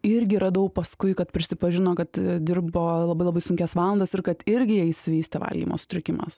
irgi radau paskui kad prisipažino kad dirbo labai labai sunkias valandas ir kad irgi jai išsivystė valgymo sutrikimas